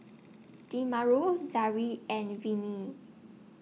Demario Zaire and Vennie